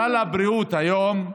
סל הבריאות היום,